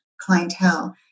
clientele